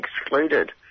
excluded